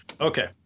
Okay